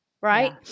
Right